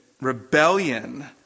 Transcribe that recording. rebellion